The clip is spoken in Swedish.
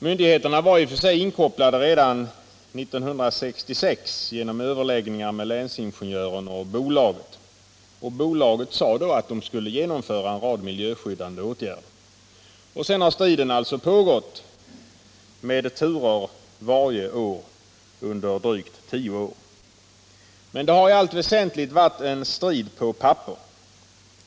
Myndigheterna var i och för sig inkopplade redan år 1966 genom att överläggningar skedde mellan länsingenjören och bolaget, och bolaget lovade därvid att man skulle genomföra en rad miljöskyddande åtgärder. Sedan har striden pågått i olika turer varje år under drygt tio år. Men det har i allt väsentligt varit en strid på papperet.